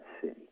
city